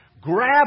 grab